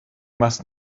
must